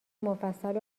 مفصل